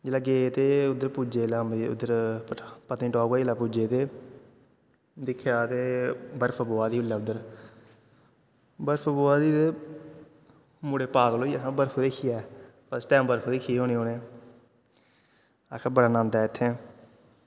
जेल्लै गे ते उद्धर पुज्जे जेल्लै उद्धर पत्नीटॉप जेल्लै पुज्जे ते दिक्खेआ ते बर्फ पवा दी ही उल्लै उद्धर बर्फ पवा दी ही ते मुड़े पागल होई गे आखन बर्फ दिक्खियै फर्स्ट टैम बर्फ दिक्खी होनी उ'नें आक्खै बड़ा नन्द ऐ इत्थें